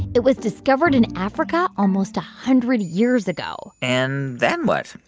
it was discovered in africa almost a hundred years ago and then what?